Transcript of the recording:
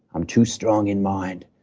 i'm too strong in mind.